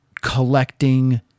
collecting